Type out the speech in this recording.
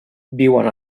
viuen